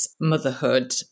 motherhood